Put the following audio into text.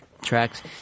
tracks